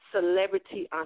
celebrity